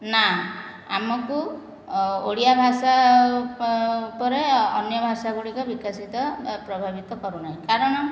ନା ଆମକୁ ଓଡ଼ିଆ ଭାଷା ଉପରେ ଅନ୍ୟ ଭାଷାଗୁଡ଼ିକ ବିକଶିତ ବା ପ୍ରଭାବିତ କରୁ ନାହିଁ କାରଣ